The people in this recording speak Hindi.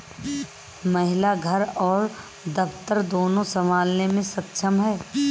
महिला घर और दफ्तर दोनो संभालने में सक्षम हैं